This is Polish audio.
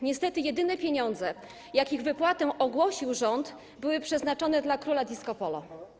Niestety jedyne pieniądze, jakich wypłatę ogłosił rząd, były przeznaczone dla króla disco polo.